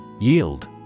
Yield